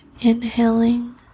inhaling